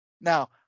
Now